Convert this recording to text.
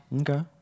Okay